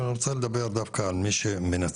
אני רוצה לדבר דווקא על מי שמנצח,